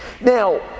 Now